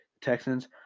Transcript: Texans